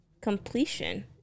completion